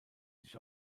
sich